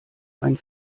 ein